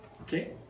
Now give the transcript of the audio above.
Okay